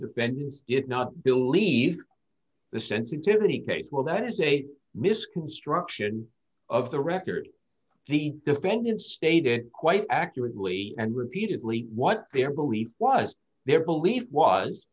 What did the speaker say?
defendants did not believe the sensitivity case well that is a misconstruction of the record the defendant stated quite accurately and repeatedly what their belief was their belief was